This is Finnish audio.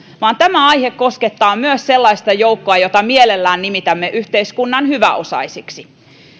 vaan tämä aihe koskettaa myös sellaista joukkoa jota mielellään nimitämme yhteiskunnan hyväosaisiksi